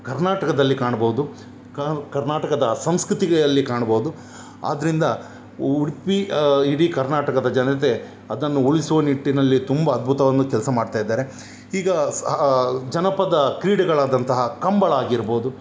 ಕರ್ನಾಟಕದಲ್ಲಿ ಕಾಣ್ಬೋದು ಕರ್ನಾಟಕದ ಸಂಸ್ಕೃತಿಗೆ ಅಲ್ಲಿ ಕಾಣ್ಬೋದು ಆದ್ದರಿಂದ ಉಡುಪಿ ಇಡೀ ಕರ್ನಾಟಕದ ಜನತೆ ಅದನ್ನು ಉಳಿಸುವ ನಿಟ್ಟಿನಲ್ಲಿ ತುಂಬ ಅದ್ಭುತವನ್ನು ಕೆಲಸ ಮಾಡ್ತಾಯಿದ್ದಾರೆ ಈಗ ಸ್ ಜನಪದ ಕ್ರೀಡೆಗಳಾದಂತಹ ಕಂಬಳ ಆಗಿರ್ಬೋದು